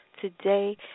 Today